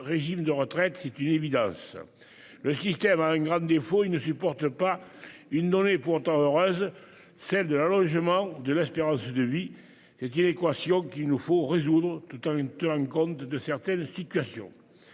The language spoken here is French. régime de retraite. C'est une évidence. Le système a un grand défaut : il ne supporte pas une donnée pourtant heureuse, celle de l'allongement de l'espérance de vie. C'est cette équation qu'il nous faut résoudre, tout en tenant compte de certaines situations.